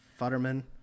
Futterman